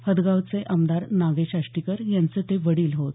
हदगावचे आमदार नागेश आष्टीकर यांचे ते वडील होत